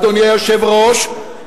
אדוני היושב-ראש,